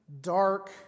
dark